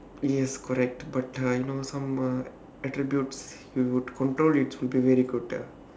yes correct but I know some uh attributes he would it would be very good ah